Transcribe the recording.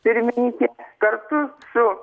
pirmininkė kartu su